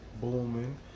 booming